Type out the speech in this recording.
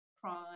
Prime